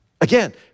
Again